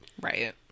Right